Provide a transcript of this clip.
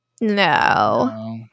No